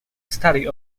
study